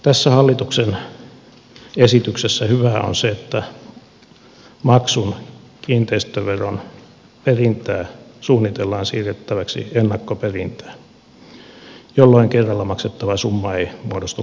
tässä hallituksen esityksessä hyvää on se että maksun kiinteistöveron perintää suunnitellaan siirrettäväksi ennakkoperintään jolloin kerralla maksettava summa ei muodostu kohtuuttomaksi